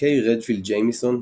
קיי רדפילד ג'יימיסון,